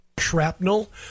shrapnel